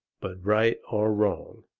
but right or wrong,